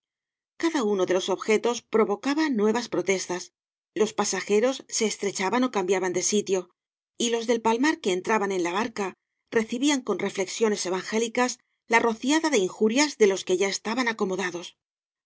cada uno de los objetos provocaba nuevas protestas los pasajeros se estre chaban ó cambiaban de sitio y los del palmar que entraban en la barca recibían con reflexiones evangélicas la rociada de injurias de los que ya estaban acomodados